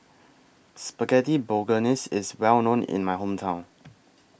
Spaghetti Bolognese IS Well known in My Hometown